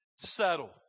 settle